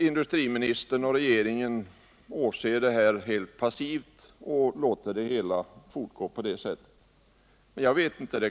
Industriministern och regeringen åser detta helt passivt och låter det fortsätta.